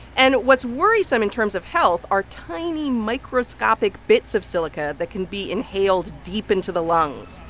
and what's worrisome in terms of health are tiny microscopic bits of silica that can be inhaled deep into the lungs.